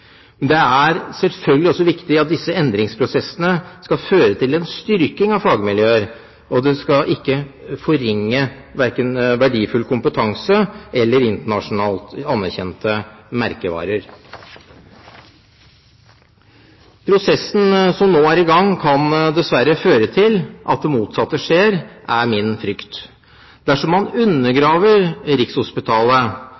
det er selvfølgelig også viktig at disse endringsprosessene skal føre til en styrking av fagmiljøer, og det skal ikke forringe verken verdifull kompetanse eller internasjonalt anerkjente merkevarer. Prosessene som nå er i gang, kan dessverre føre til at det motsatte skjer, er min frykt. Dersom man